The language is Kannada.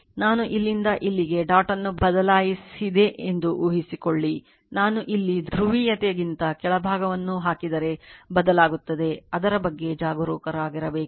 ನಾನು ಇಲ್ಲಿಂದ ಇಲ್ಲಿಗೆ ಡಾಟ್ ಅನ್ನು ಬದಲಾಯಿಸಸಿದೆ ಎಂದು ಊಹಿಸಿಕೊಳ್ಳಿ ನಾನು ಇಲ್ಲಿ ಧ್ರುವೀಯತೆಗಿಂತ ಕೆಳಭಾಗವನ್ನು ಹಾಕಿದರೆ ಬದಲಾಗುತ್ತದೆ ಅದರ ಬಗ್ಗೆ ಜಾಗರೂಕರಾಗಿರಬೇಕು